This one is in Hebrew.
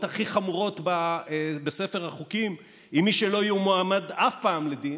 הכי חמורות בספר החוקים עם מי שלא יועמד אף פעם לדין,